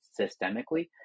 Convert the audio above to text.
systemically